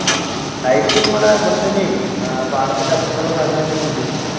ആ സൈറ്റ് നമ്മുടെ ഇവിടെത്തന്നേയ് ആ പാടത്തിൻ്റെ പ്പുറത്തുള്ള സ്ഥലം തന്നെയാ നമ്മളുദ്ദേശിക്കണത്